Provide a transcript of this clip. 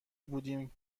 بودیم